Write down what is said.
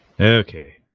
Okay